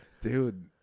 Dude